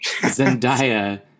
Zendaya